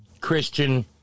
Christian